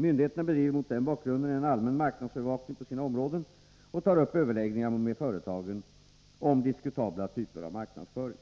Myndigheterna bedriver mot denna bakgrund en allmän marknadsövervakning på sina områden och tar upp överläggningar med företagen om diskutabla typer av marknadsföring.